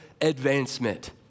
advancement